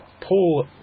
Paul